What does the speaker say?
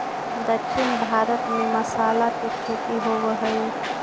दक्षिण भारत में मसाला के खेती होवऽ हइ